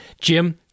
Jim